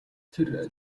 тэр